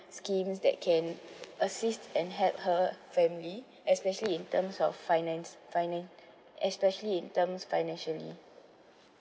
scheme that can assist and help her family especially in terms of finance finan~ especially in terms financially